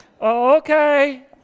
okay